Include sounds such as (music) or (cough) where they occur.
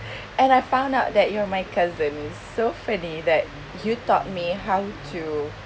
(breath) and I found out that you are my cousins so funny that you taught me how to